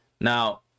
Now